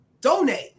Donate